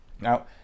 now